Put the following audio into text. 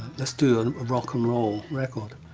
let's do and a rock and roll record.